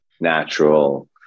natural